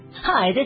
Hi